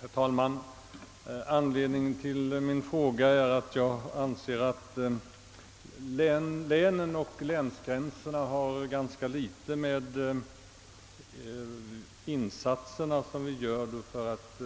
Herr talman! Anledningen till att jag framställt min fråga är att jag anser att länen och länsgränserna har ganska litet att göra med insatserna för att